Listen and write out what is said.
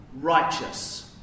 righteous